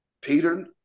Peter